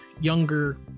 younger